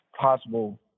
possible